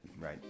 Right